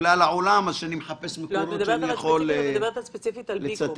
את מדברת ספציפית על בי-קום.